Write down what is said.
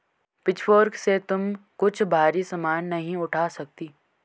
pitchfork से तुम कुछ भारी सामान नहीं उठा सकती